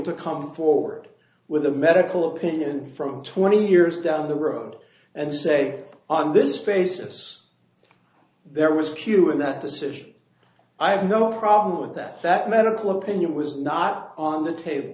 to come forward with a medical opinion from twenty years down the road and say on this basis there was q in that decision i have no problem with that that medical opinion was not on the table